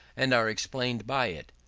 and are explained by it.